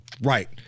Right